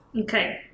Okay